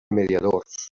mediadors